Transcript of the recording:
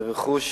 זה רכוש,